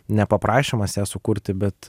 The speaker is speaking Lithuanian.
ne paprašymas ją sukurti bet